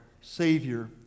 Savior